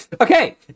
okay